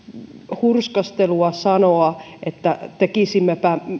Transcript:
hurskastelua sanoa että tekisimmepä